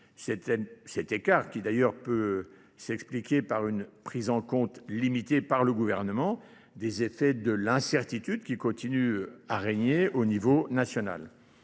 Cet écart qui d'ailleurs peut s'expliquer par une prise en compte limitée par le gouvernement, des effets de l'incertitude qui continuent à régner au niveau national.